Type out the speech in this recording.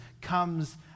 comes